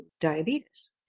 diabetes